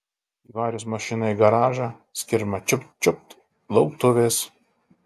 įvarius mašiną į garažą skirma čiupt čiupt lauktuvės